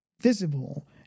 visible